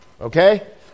Okay